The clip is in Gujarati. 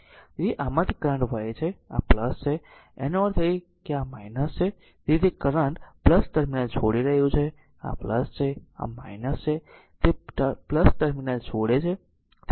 તેથી આમાંથી કરંટ વહે છે અને આ છે આનો અર્થ છે કે આ છે તેથી તે કરંટ ટર્મિનલ છોડી રહ્યું છે કારણ કે આ છે આ છે તે ટર્મિનલ છોડે છે